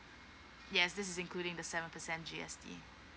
yes this is including the seven percent G S T